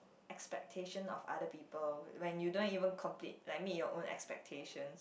expectation of other people when you don't even complete like meet your own expectation